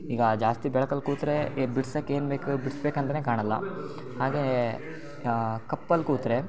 ಈಗ ಜಾಸ್ತಿ ಬೆಳಕಲ್ಲಿ ಕೂತರೆ ಬಿಡ್ಸಕ್ಕೆ ಏನು ಬೇಕು ಬಿಡ್ಸ್ಬೇಕಂತಲೇ ಕಾಣೋಲ್ಲ ಹಾಗೇ ಕಪ್ಪಲ್ಲಿ ಕೂತರೆ